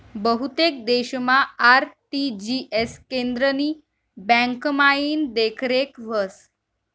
बहुतेक देशमा आर.टी.जी.एस केंद्रनी ब्यांकमाईन देखरेख व्हस